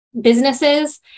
businesses